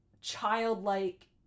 childlike